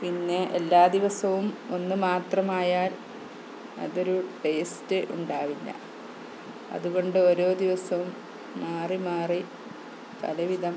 പിന്നെ എല്ലാ ദിവസവും ഒന്നു മാത്രമായാൽ അതൊരു ടേസ്റ്റ് ഉണ്ടാകില്ല അതുകൊണ്ടോരോ ദിവസവും മാറി മാറി പലവിധം